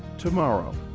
tomorrow,